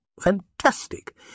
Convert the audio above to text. fantastic